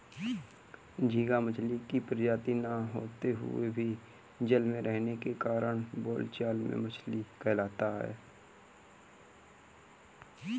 झींगा मछली की प्रजाति न होते हुए भी जल में रहने के कारण बोलचाल में मछली कहलाता है